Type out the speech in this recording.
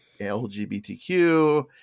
LGBTQ